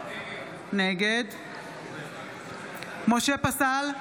נגד משה פסל,